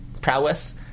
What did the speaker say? Prowess